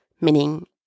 Meaning